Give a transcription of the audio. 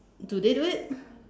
do they do it